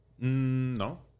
No